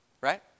Right